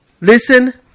listen